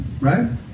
Right